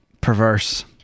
perverse